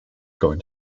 going